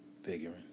figuring